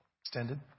extended